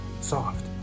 soft